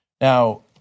Now